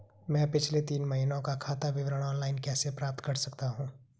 मैं पिछले तीन महीनों का खाता विवरण ऑनलाइन कैसे प्राप्त कर सकता हूं?